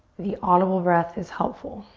the audible breath is helpful.